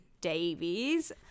Davies